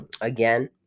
again